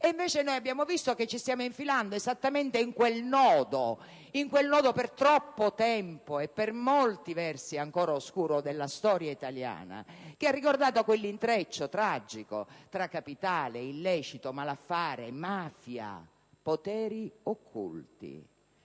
invece visto che ci stiamo infilando esattamente in quel nodo, per troppo tempo e per molti versi ancora oscuro, della storia italiana, caratterizzato da un intreccio tragico tra capitale, illecito, malaffare, mafia, poteri occulti.